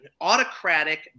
autocratic